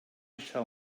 shall